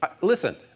Listen